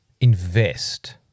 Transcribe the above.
invest